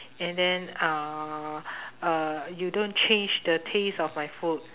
and then uhh uh you don't change the taste of my food